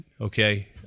okay